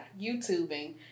YouTubing